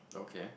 okay